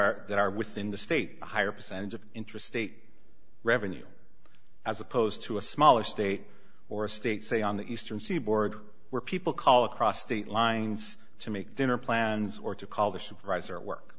are that are within the state a higher percentage of intrastate revenue as opposed to a smaller state or state say on the eastern seaboard where people call across state lines to make dinner plans or to call the surprise or work